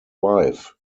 wife